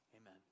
amen